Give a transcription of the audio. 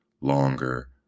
longer